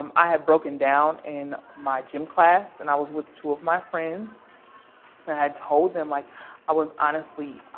um i had broken down in my gym class. and i was with two of my friends and i had told them like i was, honestly,